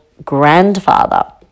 grandfather